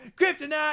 Kryptonite